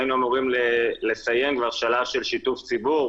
היינו אמורים לסיים כבר שלב של שיתוף ציבור.